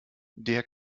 der